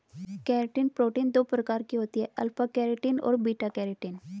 keratin protein दो तरह की होती है अल्फ़ा केरेटिन और बीटा केरेटिन